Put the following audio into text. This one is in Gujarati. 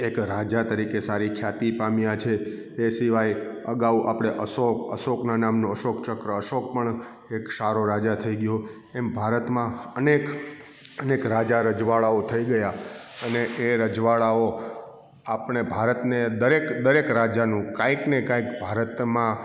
એક રાજા તરીકે સારી ખ્યાતિ પામ્યા છે એ સિવાય અગાઉ આપણે અશોક અશોકના નામનો અશોક ચક્ર અશોક પણ એક સારો રાજા થઈ ગયો એમ ભારતમાં અનેક અનેક રાજા રજવાડાઓ થઈ ગયા અને એ રજવાડાઓ આપણે ભારતને દરેક દરેક રાજાનું કાંઈક ને કાંઈક ભારતમાં